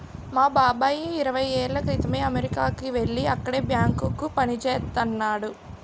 మా బాబాయి ఇరవై ఏళ్ళ క్రితమే అమెరికాకి యెల్లి అక్కడే బ్యాంకులో పనిజేత్తన్నాడు